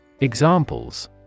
EXAMPLES